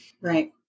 Right